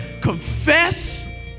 Confess